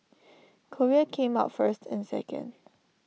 Korea came out first and second